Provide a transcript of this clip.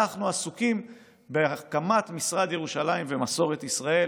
אנחנו עסוקים בהקמת משרד ירושלים ומסורת ישראל